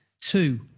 two